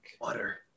Water